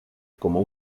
como